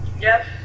Yes